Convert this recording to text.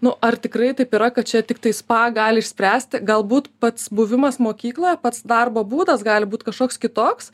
nu ar tikrai taip yra kad čia tiktai spa gali išspręsti galbūt pats buvimas mokykloje pats darbo būdas gali būt kažkoks kitoks